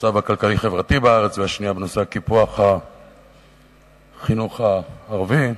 המצב הכלכלי-החברתי בארץ והשנייה בנושא קיפוח החינוך הערבי.